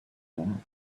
back